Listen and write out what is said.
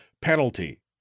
penalty